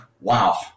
Wow